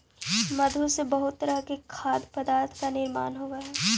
मधु से बहुत तरह के खाद्य पदार्थ का निर्माण भी होवअ हई